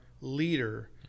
leader